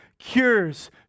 Cures